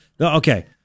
Okay